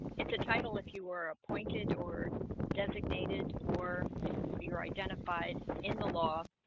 it's a title if you are appointed or designated or if you are identified in the law